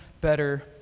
better